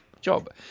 job